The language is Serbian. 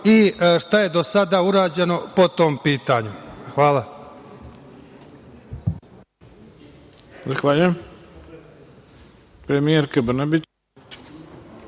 i šta je do sada urađeno po tom pitanju? Hvala.